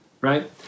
right